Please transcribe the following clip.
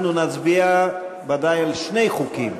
אנחנו נצביע ודאי על שני חוקים,